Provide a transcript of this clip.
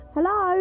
Hello